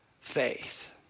faith